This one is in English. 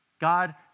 God